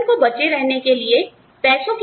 संगठन को बचे रहने के लिए पैसों की आवश्यकता है